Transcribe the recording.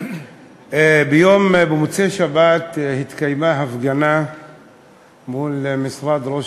במוצאי-שבת התקיימה הפגנה מול משרד ראש